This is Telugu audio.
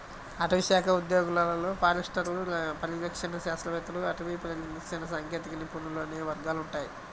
అటవీశాఖ ఉద్యోగాలలో ఫారెస్టర్లు, పరిరక్షణ శాస్త్రవేత్తలు, అటవీ పరిరక్షణ సాంకేతిక నిపుణులు అనే వర్గాలు ఉంటాయి